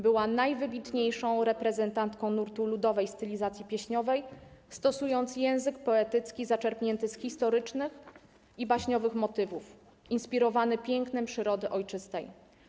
Była najwybitniejszą reprezentantką nurtu ludowej stylizacji pieśniowej, stosując język poetycki zaczerpnięty z historycznych i baśniowych motywów, inspirowany pięknem przyrody ojczystej.